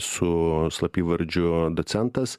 su slapyvardžiu docentas